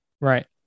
Right